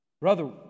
Brother